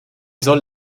soll